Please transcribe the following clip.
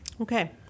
Okay